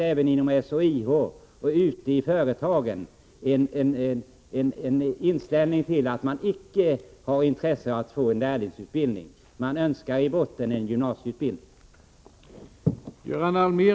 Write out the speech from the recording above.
Även inom SHIO och ute i företagen finns inställningen att man inte har intresse av lärlingsutbildning. Man önskar att ungdomarna skall ha en gymnasieutbildning i botten.